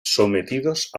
sometidos